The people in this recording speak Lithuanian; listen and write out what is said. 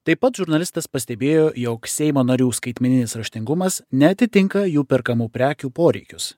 taip pat žurnalistas pastebėjo jog seimo narių skaitmeninis raštingumas neatitinka jų perkamų prekių poreikius